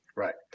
Right